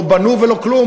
לא בנו ולא כלום.